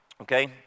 Okay